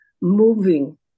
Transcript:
moving